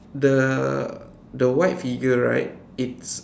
the the white figure right it's